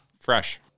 Fresh